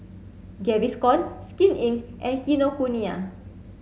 Gaviscon Skin Inc and Kinokuniya